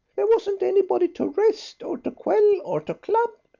there wasn't anybody to arrest, or to quell, or to club,